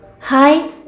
hi